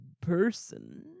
person